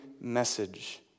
message